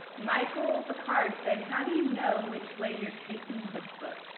michael pickard said how do you know which way you're taking the book?